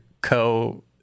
co